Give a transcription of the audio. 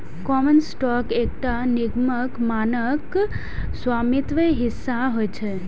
common stock एकटा निगमक मानक स्वामित्व हिस्सा होइ छै